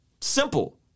Simple